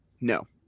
No